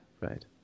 right